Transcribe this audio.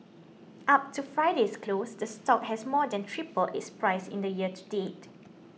up to Friday's close the stock has more than tripled its price in the year to date